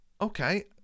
Okay